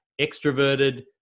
extroverted